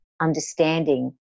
understanding